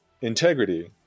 integrity